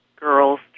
girls